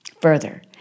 further